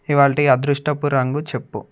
ఇవాళటి అదృష్టపు రంగు చెప్పు